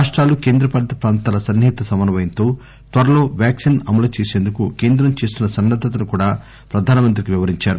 రాష్టాలు కేంద్రపాలిత ప్రాంతాల సన్నిహిత సమన్వయంతో త్వరలో వ్యాక్సిన్ అమలుచేసందుకు కేంద్రం చేస్తున్న సన్నద్దతను కూడా ప్రధాన మంత్రికి వివరించారు